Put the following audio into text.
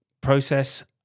process